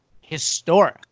historic